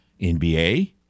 NBA